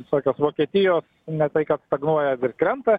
visokios vokietijos ne taikad stagnuoja ir krenta